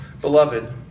beloved